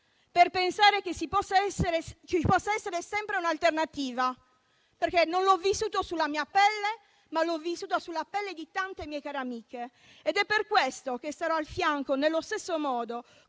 per pensare che ci possa essere sempre un'alternativa, perché non l'ho vissuto sulla mia pelle, ma l'ho vissuto sulla pelle di tante mie care amiche. Per questo sarò al fianco, nello stesso modo,